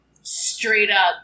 straight-up